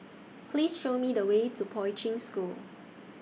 Please Show Me The Way to Poi Ching School